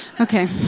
Okay